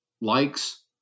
likes